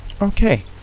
okay